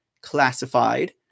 classified